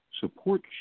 Support